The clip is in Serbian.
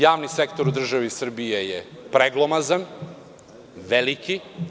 Javni sektor u državi Srbiji je preglomazan, veliki.